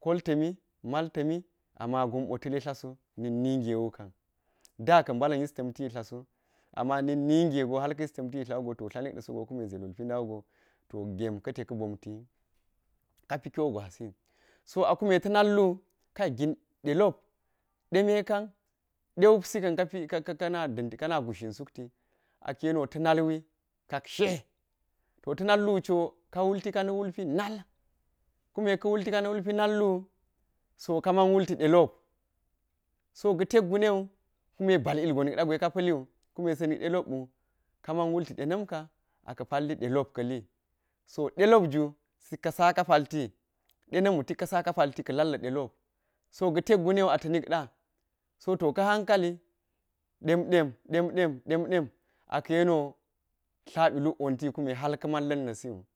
kol ta̱mi mal ta̱mi ama gon ta̱le tla so na̱k ninge wu kami da ka̱n mbala̱ yis ta̱mti tla so ama na̱k ninge go kume ka̱ yis ta̱mti tla wu go kume ze lulpi nda wugo to gem ka̱ te ka̱ bomti kapi kyo gwasi so a kume ta̱ nallu kai gin de lop, de me kan de wupsi kapi kan- kan- kana gushzhin sukti a ka̱ yeno ta̱ nalwi ka̱kshe, to ta̱ nallu co ka wulti ka na̱ wulpi nal, kume ka̱ wulpi ka nallu, so kaman wulti delop so ga̱ tek gu newu kume bal llgon nik ɗa gwe ka pa̱liwu kume si nik ɗelop wu ka man wulti dena̱n a ka̱ palli delop ka̱li so delop ju sik ka saka palti dena̱m wu tik ka saka palti ka lalla̱ delop so ga̱ tek gu newi a ta̱ nik ɗa so to ka̱ hankali ɗem, ɗem dem, dem, ɗem, ɗem a ka̱ yeni wo tla ɓi luk wonti kume ka̱ man la̱d ni siwu.